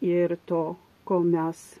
ir to kol mes